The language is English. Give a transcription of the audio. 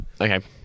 Okay